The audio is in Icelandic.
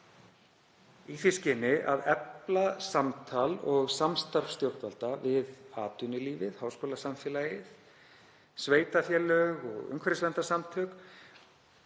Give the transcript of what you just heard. í því skyni að efla samtal og samstarf stjórnvalda við atvinnulífið, háskólasamfélagið, sveitarfélög og umhverfisverndarsamtök,